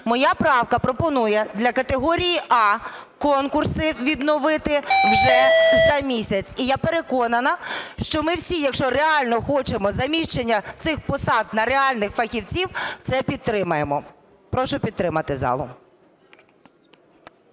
моя правка пропонує для категорії "А" конкурси відновити вже за місяць. І я переконана, що ми всі, якщо реально хочемо заміщення цих посад на реальних фахівців, це підтримаємо. Прошу підтримати залу.